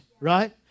right